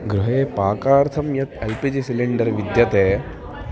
गृहे पाकार्थं यत् एल् पी जि सिलिण्डर् विद्यते